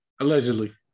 Allegedly